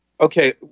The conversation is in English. Okay